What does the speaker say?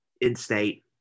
in-state